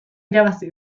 irabazi